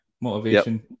Motivation